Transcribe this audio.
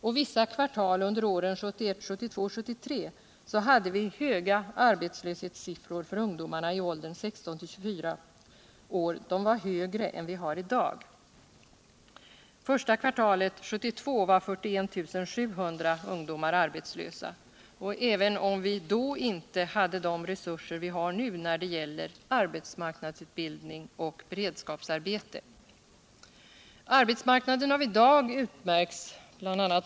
och vissa kvartal under ären 1971, 1972 och 1973 hade vi höga arbetslöshetssiltfror för ungdomar t åldern 16-24 år, högre än vi har i dag — första kvartalet 1972 var +1 700 ungdomar arbetslösa - även om vi då inte hade de resurser vi har nu när det gäller arbetsmarknadsutbildning och beredskapsarbete. Arbetsmarknaden av i dag utmärks bla.